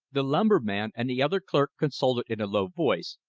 the lumberman and the other clerk consulted in a low voice,